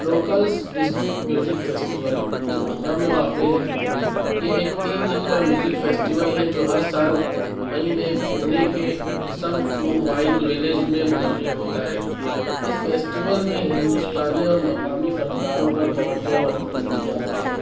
locals district music festival یہ پونا میں واقع ہے یہ ایک تین دن کا میوزک فیسٹول ہے جو ہر سال مئی میں پونا کے اتسنگ فوڈ وائن ولیج میں منعقد ہوتا ہے اس فیسٹول میں ہندوستانی اور مقامی فنکاروں پر توجہ مرکوز کی جاتی ہے